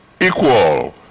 equal